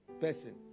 person